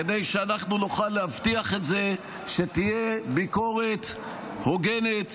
כדי שאנחנו נוכל להבטיח את זה שתהיה ביקורת הוגנת,